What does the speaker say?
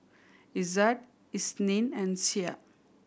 Izzat Isnin and Syah